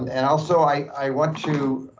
and and also, i i want to,